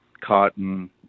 cotton